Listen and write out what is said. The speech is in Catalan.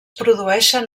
produeixen